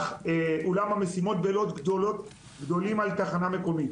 אולם המשימות בלוד גדולות על תחנה מקומית.